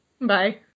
Bye